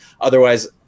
otherwise